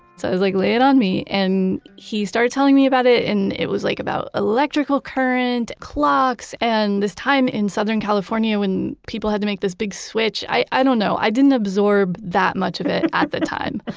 so i was like, lay it on me. and he started telling me about it and it was like about electrical current, clocks, and this time in southern california when people had to make this big switch. i i don't know. i didn't absorb that much of it at the time.